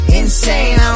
insane